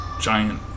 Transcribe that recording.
giant